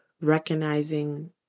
recognizing